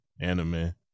anime